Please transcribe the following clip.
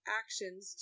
actions